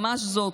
ממש זאת,